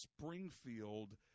Springfield